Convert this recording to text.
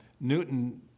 Newton